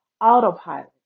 autopilot